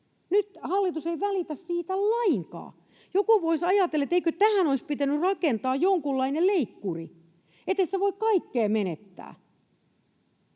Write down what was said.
Nyt hallitus ei välitä siitä lainkaan. Joku voisi ajatella, että eikö tähän olisi pitänyt rakentaa jonkunlainen leikkuri, että ethän sinä voi kaikkea menettää,